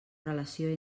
relació